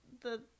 the-